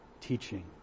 teaching